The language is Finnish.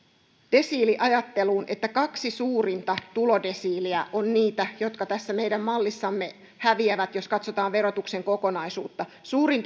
desiiliajatteluun että kaksi suurinta tulodesiiliä ovat niitä jotka tässä meidän mallissamme häviävät jos katsotaan verotuksen kokonaisuutta suurin